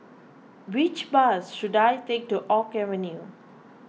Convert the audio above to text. which bus should I take to Oak Avenue